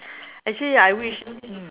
actually I wish mm